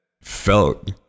felt